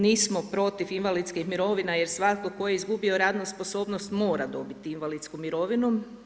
Nismo protiv invalidskih mirovina, jer svatko tko je izgubio radnu sposobnost mora dobiti invalidsku mirovinu.